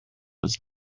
was